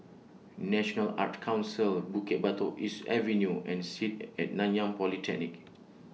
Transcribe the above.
National Arts Council Bukit Batok East Avenue and Sit At Nanyang Polytechnic